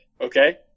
okay